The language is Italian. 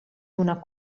una